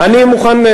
אני מוכן,